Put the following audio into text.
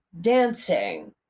dancing